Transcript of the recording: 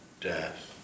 death